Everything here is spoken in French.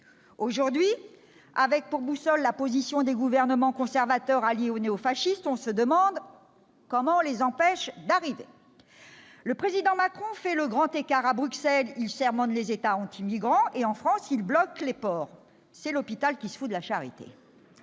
Aujourd'hui, avec pour boussole la position de gouvernements conservateurs alliés aux néo-fascistes, on se demande : comment les empêche-t-on d'arriver ? Le Président Macron fait le grand écart : à Bruxelles, il sermonne les États anti-migrants et, en France, il bloque les ports. C'est l'hôpital qui se fiche de la charité